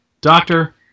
Doctor